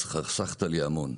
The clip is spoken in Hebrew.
אז חסכת לי המון.